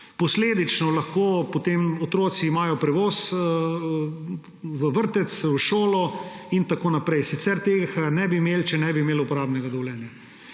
Posledično imajo potem otroci lahko prevoz v vrtec, v šolo in tako naprej. Sicer tega ne bi imeli, če ne bi imeli uporabnega dovoljenja.